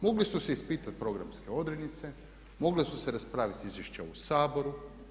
Mogle su se ispitati programske odrednice, mogla su se raspraviti izvješća u Saboru.